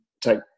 take